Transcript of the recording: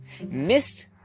missed